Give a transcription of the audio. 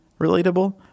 relatable